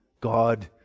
God